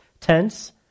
tense